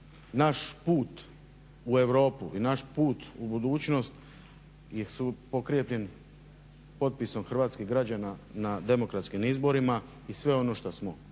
naš put u Europu i naš put u budućnost je pokrijepljen potpisom hrvatskih građana na demokratskim izborima i sve ono što smo